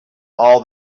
all